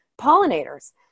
pollinators